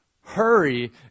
Hurry